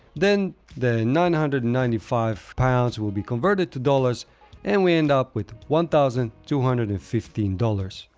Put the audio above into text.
then the nine hundred and ninety five pounds will be converted to dollars and we end up with one thousand two hundred and fifteen dollars,